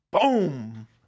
Boom